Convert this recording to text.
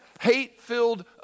hate-filled